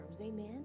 amen